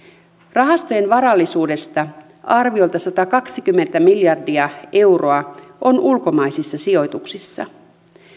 rahastojen varallisuudesta arviolta satakaksikymmentä miljardia euroa on ulkomaisissa sijoituksissa